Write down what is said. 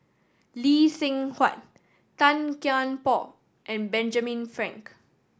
Lee Seng Huat Tan Kian Por and Benjamin Frank